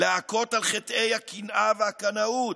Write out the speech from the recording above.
להכות על חטאי הקנאה והקנאות,